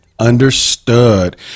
Understood